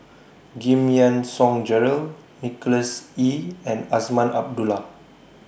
Giam Yean Song Gerald Nicholas Ee and Azman Abdullah